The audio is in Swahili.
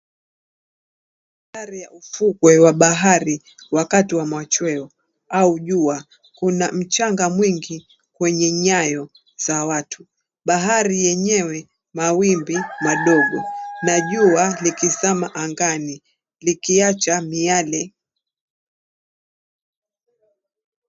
Mandhari ya ufukwe wa bahari wakati wa machweo au jua. Kuna mchanga mwingi kwenye nyayo za watu. Bahari yenyewe mawimbi madogo na jua likizama angani likiacha miale.